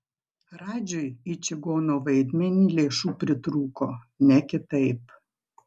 radžiui į čigono vaidmenį lėšų pritrūko ne kitaip